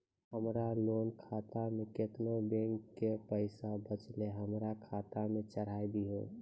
हमरा लोन खाता मे केतना बैंक के पैसा बचलै हमरा खाता मे चढ़ाय दिहो?